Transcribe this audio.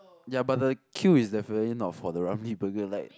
ya but the queue is definitely not for the Ramly Burger like